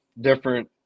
different